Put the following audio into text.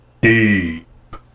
deep